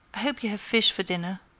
i hope you have fish for dinner,